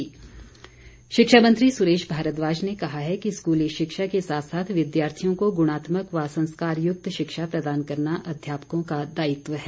सुरेश भारद्वाज शिक्षा मंत्री सुरेश भारद्वाज ने कहा है कि स्कूली शिक्षा के साथ साथ विद्यार्थियों को गुणात्मक व संस्कारयुक्त शिक्षा प्रदान करना अध्यापकों का दायित्व है